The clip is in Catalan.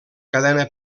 cadena